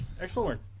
Excellent